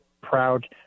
proud